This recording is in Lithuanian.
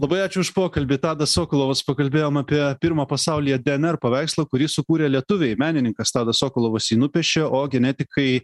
labai ačiū už pokalbį tadas sokolovas pakalbėjom apie pirmą pasaulyje dnr paveikslą kurį sukūrė lietuviai menininkas tadas sokolovas jį nupiešė o genetikai